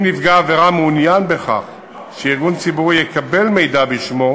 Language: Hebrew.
אם נפגע עבירה מעוניין בכך שארגון ציבורי יקבל מידע בשמו,